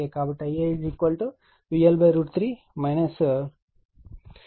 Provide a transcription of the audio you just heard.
కాబట్టి IaVL3∠ 300ZY